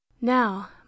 Now